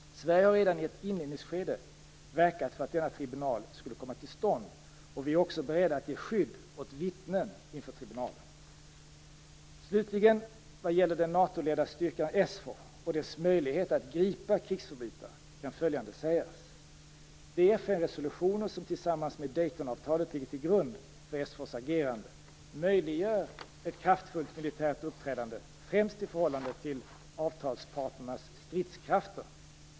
Sverige har redan i ett inledningsskede verkat för att denna tribunal skulle komma till stånd. Vi är också beredda att ge skydd åt vittnen inför tribunalen. Slutligen vad gäller den NATO-ledda styrkan SFOR och dess möjlighet att gripa krigsförbrytare kan följande sägas. De FN-resolutioner som tillsammans med Daytonavtalet ligger till grund för SFOR:s agerande möjliggör ett kraftfullt militärt uppträdande främst i förhållande till avtalspartnernas stridskrafter.